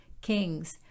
kings